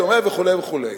דומה וכו' וכו'.